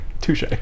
Touche